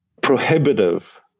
prohibitive